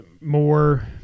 more